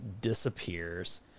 disappears